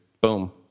boom